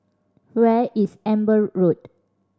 where is Amber Road